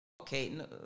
Okay